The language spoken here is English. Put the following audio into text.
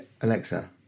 Alexa